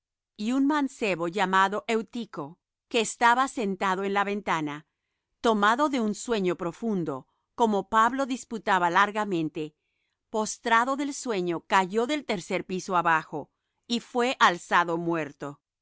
y un mancebo llamado eutich que estaba sentado en la ventana tomado de un sueño profundo como pablo disputaba largamente postrado del sueño cayó del tercer piso abajo y fué alzado muerto